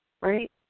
right